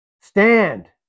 Stand